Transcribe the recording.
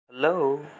Hello